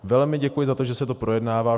Velmi děkuji za to, že se to projednává.